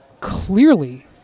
clearly